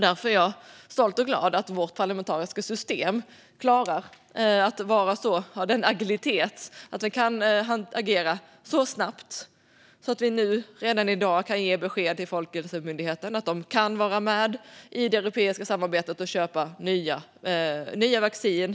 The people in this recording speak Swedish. Därför är jag stolt och glad över att vårt parlamentariska system har sådan agilitet och kan agera så snabbt att vi redan i dag kan ge besked till Folkhälsomyndigheten om att de kan vara med i det europeiska samarbetet och köpa stora mängder vaccin.